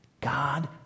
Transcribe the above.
God